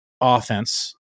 offense